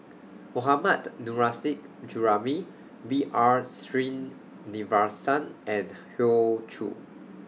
Mohammad Nurrasyid Juraimi B R Sreenivasan and Hoey Choo